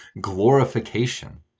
glorification